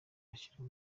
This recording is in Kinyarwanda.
ashyirwa